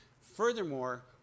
Furthermore